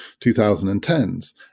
2010s